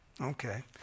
Okay